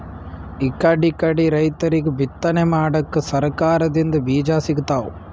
ಇಕಡಿಕಡಿ ರೈತರಿಗ್ ಬಿತ್ತನೆ ಮಾಡಕ್ಕ್ ಸರಕಾರ್ ದಿಂದ್ ಬೀಜಾ ಸಿಗ್ತಾವ್